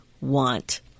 want